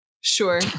Sure